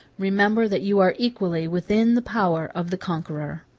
remember that you are equally within the power of the conqueror.